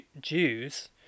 Jews